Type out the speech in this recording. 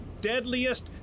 deadliest